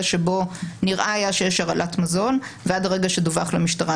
שבו נראה היה שיש הרעלת מזון ועד הרגע שדווח למשטרה.